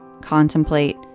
contemplate